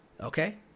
Okay